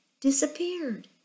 disappeared